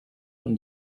when